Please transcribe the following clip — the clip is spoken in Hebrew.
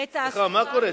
לתעסוקה,